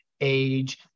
age